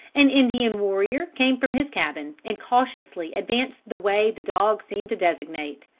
an indian warrior came from his cabin, and cautiously advanced the way the dog seemed to designate.